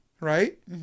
right